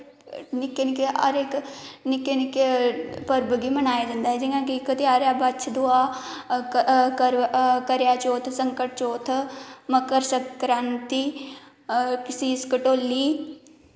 निक्के निक्के हर इक निक्के निक्के पर्व गी मनाया जंदा ऐ जि'यां कि इक ध्यार ऐ बच्छ दुआ करेआ चौथ संकट चौथ मकर संक्रांति सीस कट्टोली